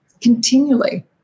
continually